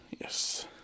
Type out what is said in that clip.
Yes